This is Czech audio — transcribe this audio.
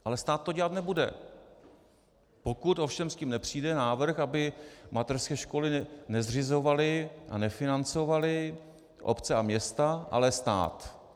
Ale stát to dělat nebude, pokud ovšem s tím nepřijde návrh, aby mateřské školy nezřizovaly a nefinancovaly obce a města, ale stát.